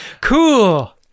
Cool